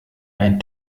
ein